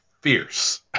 fierce